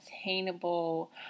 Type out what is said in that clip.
attainable